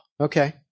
Okay